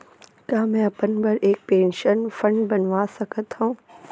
का मैं अपन बर एक पेंशन फण्ड बनवा सकत हो?